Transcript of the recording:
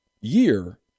year